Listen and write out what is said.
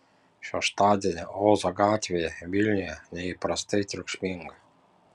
šeštadienį ozo gatvėje vilniuje neįprastai triukšminga